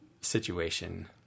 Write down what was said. situation